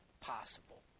possible